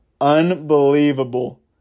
unbelievable